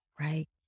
right